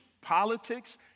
Politics